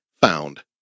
Found